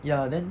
ya then